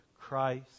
Christ